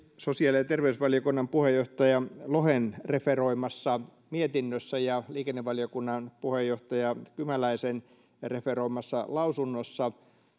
sosiaali ja terveysvaliokunnan puheenjohtaja lohen referoimassa mietinnössä ja liikennevaliokunnan puheenjohtaja kymäläisen referoimassa lausunnossa